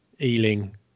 Ealing